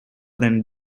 than